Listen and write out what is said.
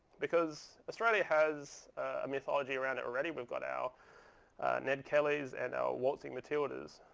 because australia has a mythology around it already. we've got our ned kellys and our waltzing matildas.